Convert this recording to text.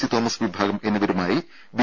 C Thomas വിഭാഗം എന്നിവരുമായി B